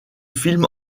films